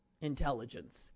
intelligence